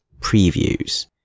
previews